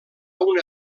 una